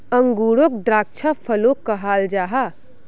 अन्गूरोक द्राक्षा फलो कहाल जाहा